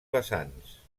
vessants